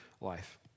life